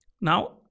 Now